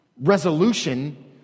resolution